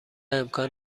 امکان